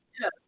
Yes